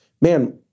man